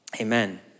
Amen